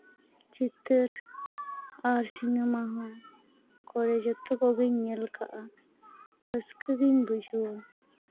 ᱪᱤᱛᱟᱹᱨ ᱟᱨ ᱥᱤᱱᱮᱢᱟ ᱦᱚᱸ ᱠᱚᱨᱮ ᱡᱚᱛᱚ ᱠᱚᱜᱤᱧ ᱧᱮᱞ ᱠᱟᱜᱼᱟ ᱨᱟᱹᱥᱠᱟᱹ ᱜᱤᱧ ᱵᱩᱡᱷᱟᱹᱣᱟ